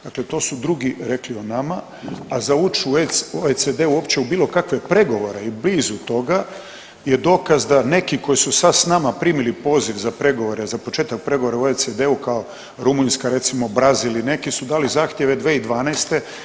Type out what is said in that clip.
Dakle to su drugi rekli o nama, a za ući u OECD uopće u bilo kakve pregovore i blizu toga, je dokaz da neki koji su sad s nama primili poziv za pregovore, za početak pregovora u OECD-u kao Rumunjska recimo, Brazil i neki su dali zahtjeve 2012.